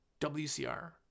WCR